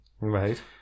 Right